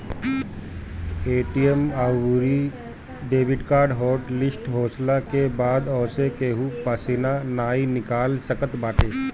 ATM अउरी debit card hot list होखला के बाद ओसे केहू पईसा नाइ निकाल सकत बाटे